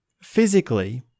physically